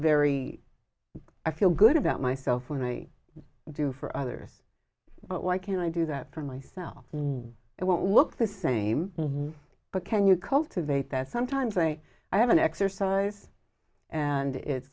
very i feel good about myself when i do for others but why can't i do that for myself and it won't look the same but can you cultivate that sometimes i think i have an exercise and it's